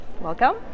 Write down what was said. Welcome